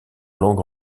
langue